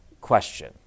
question